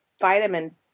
vitamin